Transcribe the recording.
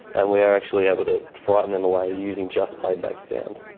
and we were actually able to frighten them away using just playback sound.